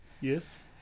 yes